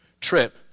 trip